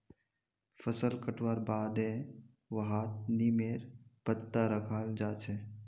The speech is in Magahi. फसल कटवार बादे वहात् नीमेर पत्ता रखाल् जा छे